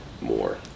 more